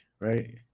right